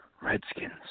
Redskins